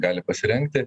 gali pasirengti